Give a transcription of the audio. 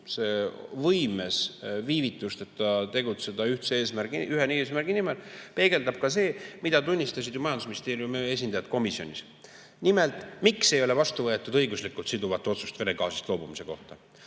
võimes viivitusteta tegutseda ühe eesmärgi nimel. Seda peegeldab ka see, mida tunnistasid majandusministeeriumi esindajad komisjoni [istungil]. Nimelt, miks ei ole vastu võetud õiguslikult siduvat otsust Vene gaasist loobumise kohta?